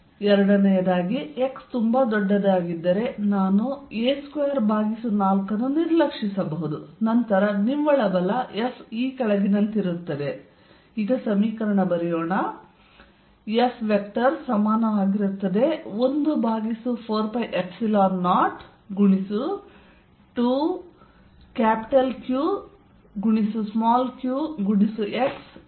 ಎರಡನೆಯದಾಗಿ x ತುಂಬಾ ದೊಡ್ಡದಾಗಿದ್ದರೆ ನಾನು a24 ಅನ್ನು ನಿರ್ಲಕ್ಷಿಸಬಹುದು ಮತ್ತು ನಂತರ ನಿವ್ವಳ ಬಲ F ಈ ಕೆಳಗಿನಂತಿರುತ್ತದೆ